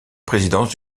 présidence